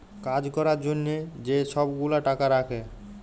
কাজ ক্যরার জ্যনহে যে ছব গুলা টাকা রাখ্যে